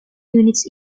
units